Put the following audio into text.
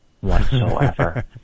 whatsoever